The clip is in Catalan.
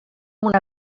una